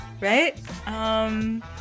right